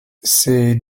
ses